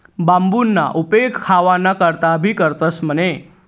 बांबूना उपेग खावाना करता भी करतंस म्हणे